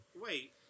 Wait